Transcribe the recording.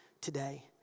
today